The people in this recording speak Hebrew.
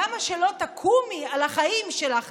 למה שלא תקומי על החיים שלך,